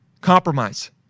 compromise